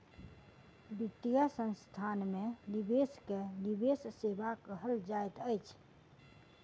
वित्तीय संस्थान में निवेश के निवेश सेवा कहल जाइत अछि